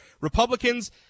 Republicans